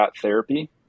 Therapy